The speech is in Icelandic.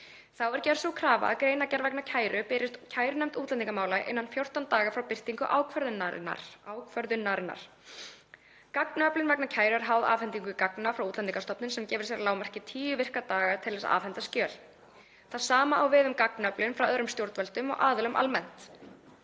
Þá er gerð sú krafa að greinargerð vegna kæru berist kærunefnd útlendingamála innan 14 daga frá birtingu ákvörðunarinnar. Gagnaöflun vegna kæru er háð afhendingu gagna frá Útlendingastofnun sem gefur sér að lágmarki 10 virka daga til þess að afhenda skjöl. Það sama á við um gagnaöflun frá öðrum stjórnvöldum og aðilum almennt.